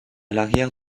l’arrière